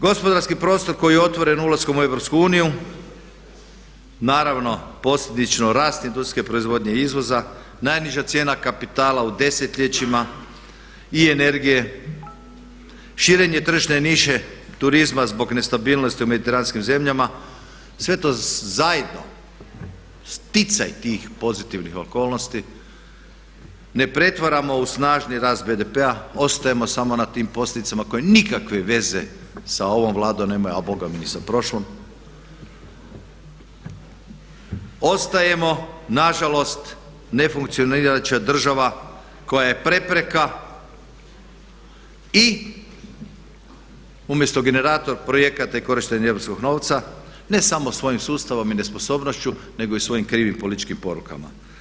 Gospodarski prostor koji je otvoren ulaskom u EU naravno posljedično rast industrijske proizvodnje i izvoza, najniža cijena kapitala u desetljećima i energije, širenje tržišne niše turizma zbog nestabilnosti u mediteranskim zemljama sve to zajedno sticaj tih pozitivnih okolnosti ne pretvaramo u snažni rast BDP-a, ostajemo samo na tim posljedicama koje nikakve veze sa ovom Vladom nemaju a bogami ni sa prošlom, ostajemo nažalost nefunkcionirajuća država koja je prepreka i umjesto generator projekata i korištenje europskog novca ne samo svojim sustavom i nesposobnošću nego i svojim krivim političkim porukama.